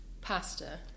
pasta